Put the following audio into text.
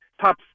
Top